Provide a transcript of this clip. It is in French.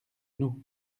nous